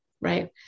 Right